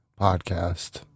podcast